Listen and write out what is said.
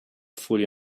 fully